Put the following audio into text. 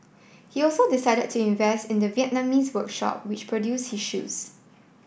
he also decided to invest in the Vietnamese workshop which produced his shoes